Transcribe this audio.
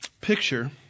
picture